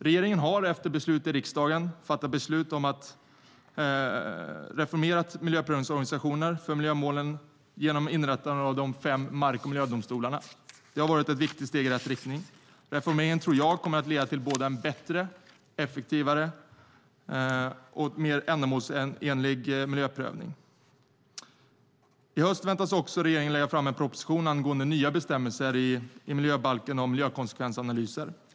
Regeringen har efter beslut i riksdagen fattat beslut om att reformera miljöprövningsorganisationen för miljömålen genom inrättande av de fem mark och miljödomstolarna. Det har varit ett viktigt steg i rätt riktning. Reformeringen tror jag kommer att leda till en bättre, effektivare och mer ändamålsenlig miljöprövning. I höst väntas också regeringen lägga fram en proposition angående nya bestämmelser i miljöbalken om miljökonsekvensanalyser.